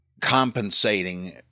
compensating